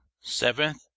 seventh